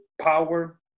power